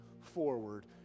forward